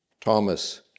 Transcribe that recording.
Thomas